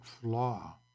flaw